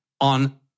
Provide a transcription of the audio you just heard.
on